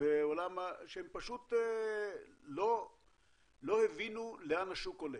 שהם פשוט לא הבינו לאן השוק הולך.